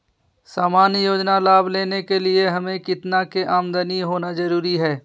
सामान्य योजना लाभ लेने के लिए हमें कितना के आमदनी होना जरूरी है?